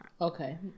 Okay